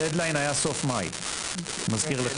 הדד ליין היה סוף מאי, אני מזכיר לך.